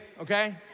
okay